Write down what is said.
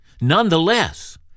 Nonetheless